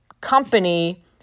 company